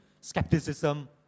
skepticism